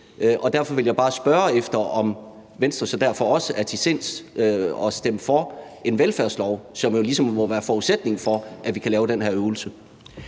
Derfor vil jeg bare spørge efter, om Venstre så derfor også er til sinds at stemme for en velfærdslov, som jo ligesom må være forudsætningen for, at vi kan lave den her øvelse.